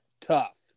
tough